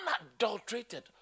Unadulterated